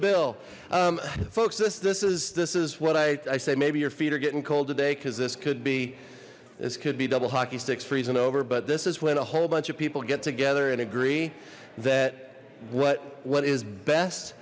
bill folks this this is this is what i say maybe your feet are getting cold today because this could be this could be double hockey sticks freezing over but this is when a whole bunch of people get together and agree that what what is best